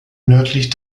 nördlich